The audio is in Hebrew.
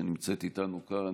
שנמצאת איתנו כאן,